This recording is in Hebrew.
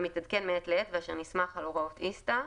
המתעדכן מעת לעת ואשר נסמך על הוראות ISTA."